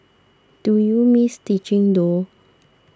do you miss teaching though